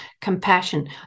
compassion